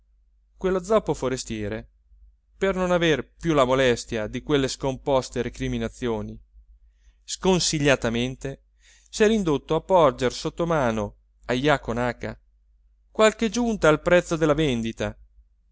quello zoppo forestiere per non aver più la molestia di quelle scomposte recriminazioni sconsigliatamente s'era indotto a porger sottomano a jaco naca qualche giunta al prezzo della vendita